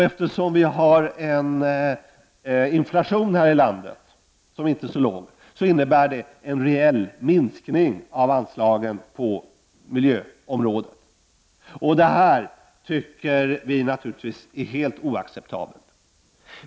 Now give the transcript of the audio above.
Eftersom vi har en inflation här i landet som inte är så särskilt låg, innebär ju detta en reell minskning av anslagen, på miljöområdet. Detta är naturligtvis helt oacceptabelt!